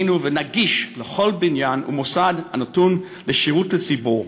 וננגיש כל בניין ומוסד הנתון לשירות הציבור,